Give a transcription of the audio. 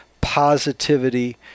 positivity